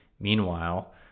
Meanwhile